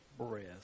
breath